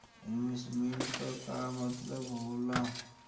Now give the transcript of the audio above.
Investment क का मतलब हो ला?